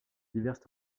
diverses